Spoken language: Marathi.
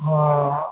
हां